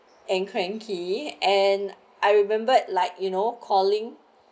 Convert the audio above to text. and cranky and I remember like you know calling